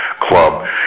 club